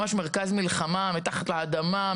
ממש מרכז מלחמה מתחת לאדמה,